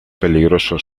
peligroso